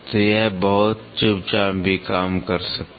तो यह बहुत चुपचाप भी काम कर सकता है